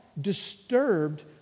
disturbed